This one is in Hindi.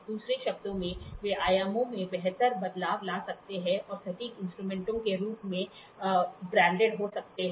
दूसरे शब्दों में वे आयामों में बेहतर बदलाव ला सकते हैं और सटीक इंस्ट्रूमेंटों के रूप में ब्रांडेड हो सकते हैं